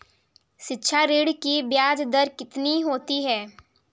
शिक्षा ऋण की ब्याज दर कितनी होती है?